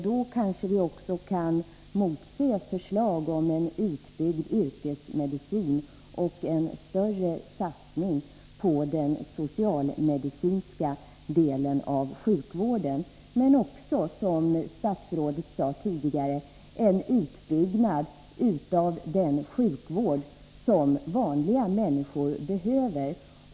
Då kanske vi också kan motse förslag om en utbyggd yrkesmedicin och en större satsning på den socialmedicinska delen av sjukvården, men också, som statsrådet sade tidigare, en utbyggnad av den sjukvård som vanliga människor behöver.